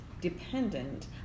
dependent